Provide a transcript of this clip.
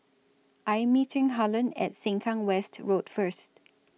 I Am meeting Harland At Sengkang West Road First